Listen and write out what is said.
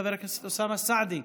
חבר הכנסת אוסאמה סעדי,